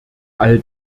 all